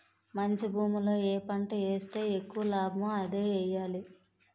మంచి భూమిలో ఏ పంట ఏస్తే ఎక్కువ లాభమో అదే ఎయ్యాలి